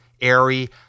airy